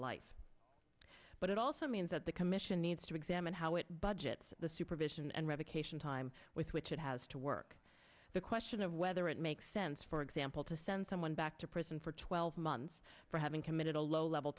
life but it also means that the commission needs to examine how it budgets the supervision and revocation time with which it has to work the question of whether it makes sense for example to send someone back to prison for twelve months for having committed a low level